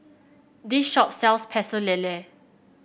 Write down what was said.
this shop sells Pecel Lele